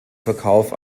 verkauf